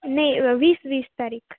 नाही वीस वीस तारीख